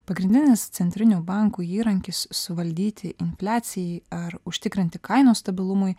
pagrindinis centrinių bankų įrankis suvaldyti infliacijai ar užtikrinti kainų stabilumui